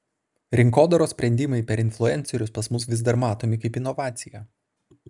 rinkodaros sprendimai per influencerius pas mus vis dar matomi kaip inovacija